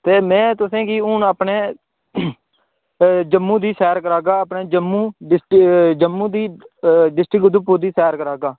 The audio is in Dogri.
ते में तुसें गी हून अपने जम्मू दी सैर करागा अपने जम्मू डिस्ट्रिक जम्मू दी डिस्ट्रिक उधमपुर दी सैर करागा